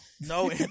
no